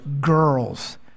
girls